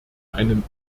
einem